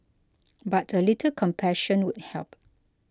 but a little compassion would help